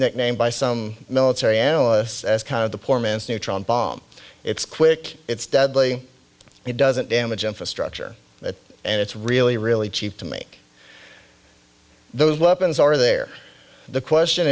nicknamed by some military analysts as kind of the poor man's neutron bomb it's quick it's deadly it doesn't damage infrastructure it and it's really really cheap to make those weapons are there the question